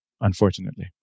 unfortunately